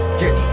get